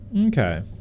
Okay